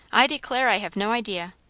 i declare i have no idea.